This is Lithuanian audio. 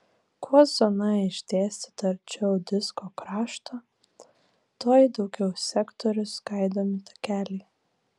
kuo zona išdėstyta arčiau disko krašto tuo į daugiau sektorių skaidomi takeliai